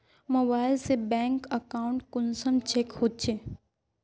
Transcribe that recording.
Mobile से bank account कुंसम check होचे?